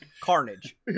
Carnage